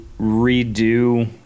redo